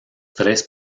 tres